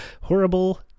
horrible